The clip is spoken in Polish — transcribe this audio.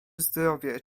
zdrowie